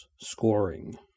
Scoring